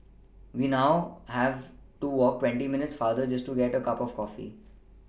we now have to walk twenty minutes farther just to get a cup of coffee